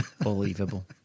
unbelievable